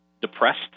depressed